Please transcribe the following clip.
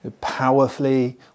Powerfully